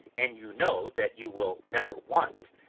and you know that you will never want,